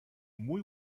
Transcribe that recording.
muy